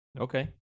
Okay